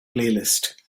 playlist